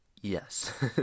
yes